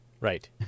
right